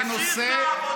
זה נושא, תשאיר את העבודה